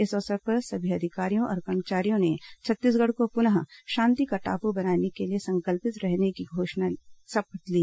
इस अवसर पर सभी अधिकारियों और कर्मचारियों ने छत्तीसगढ़ को पुनः शांति का टापू बनाने के लिए संकल्पित रहने की शपथ ली